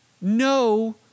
no